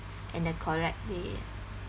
in the correct way